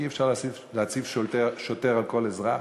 כי אי-אפשר להציב שוטר על כל אזרח.